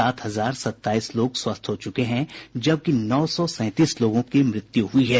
सात हजार सत्ताईस लोग स्वस्थ हो चुके हैं जबकि नौ सौ सैंतीस लोगों की मृत्यु हुई है